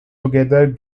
together